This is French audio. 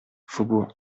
faubourg